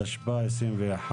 התשפ"א-2021,